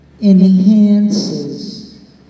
enhances